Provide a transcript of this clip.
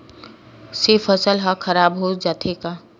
से फसल ह खराब हो जाथे का?